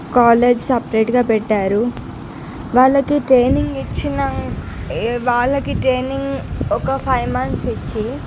college సపరేట్గా పెట్టారు వాళ్ళకి ట్రైనింగ్ ఇచ్చిన వాళ్లకి ట్రైనింగ్ ఒక ఫైవ్ మంత్స్ ఇచ్చి